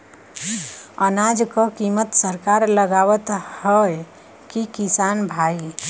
अनाज क कीमत सरकार लगावत हैं कि किसान भाई?